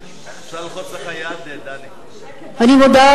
אני מודה,